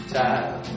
time